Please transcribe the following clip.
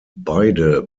beide